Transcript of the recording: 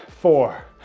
four